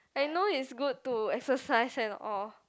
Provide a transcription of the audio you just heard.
I know is good to exercise and all